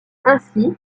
ainsi